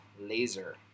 laser